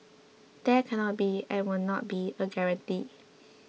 there cannot be and will not be a guarantee